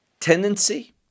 tendency